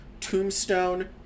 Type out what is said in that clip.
tombstone